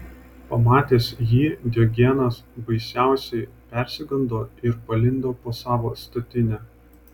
pamatęs jį diogenas baisiausiai persigando ir palindo po savo statine